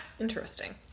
interesting